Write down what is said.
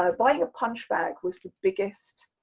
um why your punch bag was the biggest